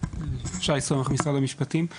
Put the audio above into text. שי סומך ממשרד המשפטים.